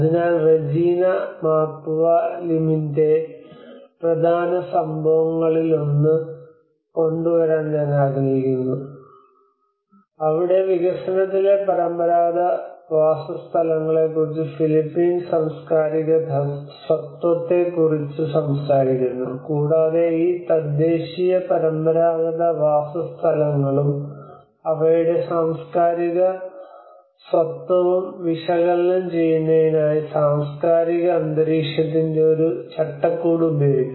അതിനാൽ Regina Mapua ലിമിന്റെ പ്രധാന സംഭാവനകളിലൊന്ന് കൊണ്ടുവരാൻ ഞാൻ ആഗ്രഹിക്കുന്നു അവിടെ വികസനത്തിലെ പരമ്പരാഗത വാസസ്ഥലങ്ങളെക്കുറിച്ച് ഫിലിപ്പീൻസ് സാംസ്കാരിക സ്വത്വത്തെക്കുറിച്ച് സംസാരിക്കുന്നു കൂടാതെ ഈ തദ്ദേശീയ പരമ്പരാഗത വാസസ്ഥലങ്ങളും അവയുടെ സാംസ്കാരിക സ്വത്വവും വിശകലനം ചെയ്യുന്നതിനായി സാംസ്കാരിക അന്തരീക്ഷത്തിന്റെ ഒരു ചട്ടക്കൂട് ഉപയോഗിക്കുന്നു